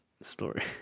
story